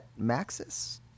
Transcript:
Maxis